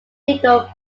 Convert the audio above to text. ego